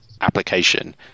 application